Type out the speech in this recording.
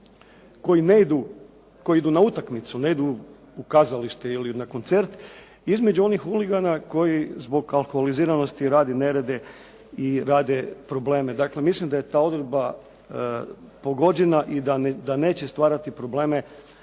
koji idu na utakmicu, ne idu u kazalište ili na koncert između onih huligana koji zbog alkoholiziranosti i rade nerede i rade probleme. Dakle, mislim da je ta odredba pogođena i da neće stvarati probleme